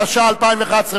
התשע"א 2011,